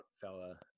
fella